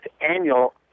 Annual